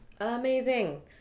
Amazing